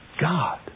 God